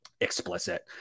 Explicit